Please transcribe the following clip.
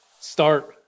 Start